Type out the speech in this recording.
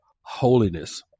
holiness